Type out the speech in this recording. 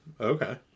Okay